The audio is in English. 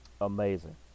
amazing